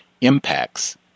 impacts